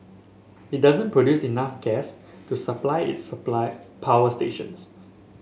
it doesn't produce enough gas to supply its supply power stations